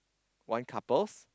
one couple